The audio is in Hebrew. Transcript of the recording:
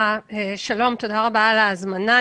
תודה רבה על ההזמנה.